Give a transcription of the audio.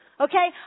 Okay